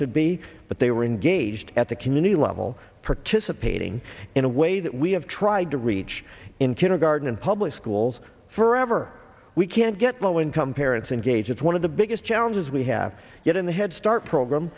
should be but they were engaged at the community level participating in a way that we have tried to reach in kindergarten in public schools forever we can't get low income parents engage in one of the biggest challenges we have it in the head start program